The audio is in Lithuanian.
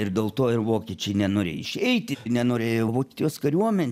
ir dėl to ir vokiečiai nenorė išeiti nenorėjo vokietijos kariuomenė